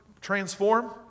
transform